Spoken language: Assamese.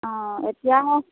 অঁ এতিয়া